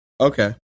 Okay